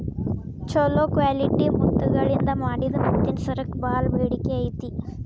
ಚೊಲೋ ಕ್ವಾಲಿಟಿ ಮುತ್ತಗಳಿಂದ ಮಾಡಿದ ಮುತ್ತಿನ ಸರಕ್ಕ ಬಾಳ ಬೇಡಿಕೆ ಐತಿ